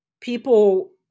People